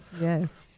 Yes